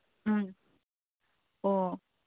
ꯎꯝ ꯑꯣ